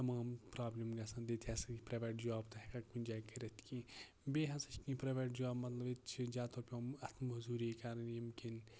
تمام پرابلِم گژھان ییٚتہِ ہسا پرویٹ جاب تہِ ہیٚکان کُنہِ جایہِ کٔرِتھ کیٚنہہ بیٚیہِ ہسا چھِ کیٚنہہ پرویٹ جاب مطلب ییٚتہِ چھِ زیادٕ تر پیٚوان اَتھٕ موٚزوٗری کرٕنۍ ییٚمہِ کِنۍ